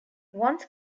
once